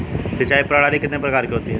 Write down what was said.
सिंचाई प्रणाली कितने प्रकार की होती हैं?